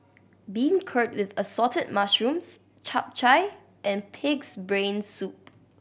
beancurd with Assorted Mushrooms Chap Chai and Pig's Brain Soup